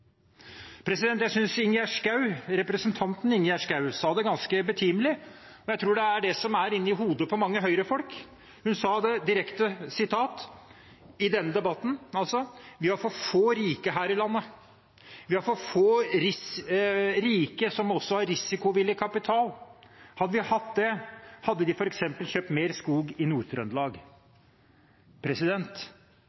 Jeg synes representanten Ingjerd Schou sa det ganske betimelig – jeg tror det er det som er inne i hodet på mange Høyre-folk – i denne debatten: «Vi har for få rike her i landet. Vi har for få rike og for få rike som også har risikovillig kapital. Hadde vi hatt flere av dem, hadde vi antageligvis fått noen som hadde kjøpt skog i